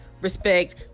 respect